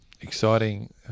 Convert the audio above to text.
Exciting